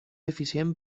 eficient